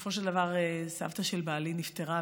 בסופו של דבר סבתא של בעלי נפטרה,